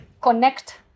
connect